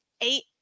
eight